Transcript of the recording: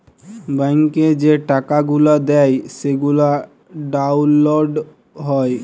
ব্যাংকে যে টাকা গুলা দেয় সেগলা ডাউল্লড হ্যয়